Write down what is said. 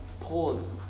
pause